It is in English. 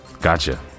Gotcha